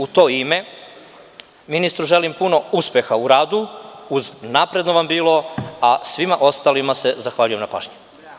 U to ime, ministru želim puno uspeha u radu, uz napredno vam bilo, a svima ostalima se zahvaljujem na pažnji.